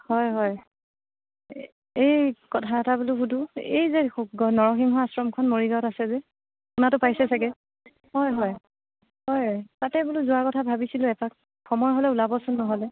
হয় হয় এ এই কথা এটা বোলো সুধোঁ এই যে নৰসিংহ আশ্ৰমখন মৰিগাঁৱত আছে যে শুনাতো পাইছে চাগৈ হয় হয় হয় তাতে বোলো যোৱাৰ কথা ভাবিছিলোঁ এপাক সময় হ'লে ওলাবচোন নহ'লে